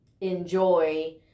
enjoy